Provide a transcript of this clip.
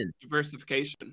diversification